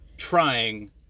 Trying